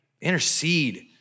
intercede